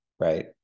right